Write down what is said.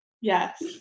Yes